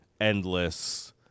endless